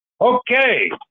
Okay